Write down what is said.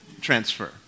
transfer